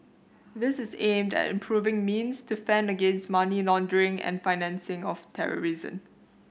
this is aimed at improving means to fend against money laundering and the financing of terrorism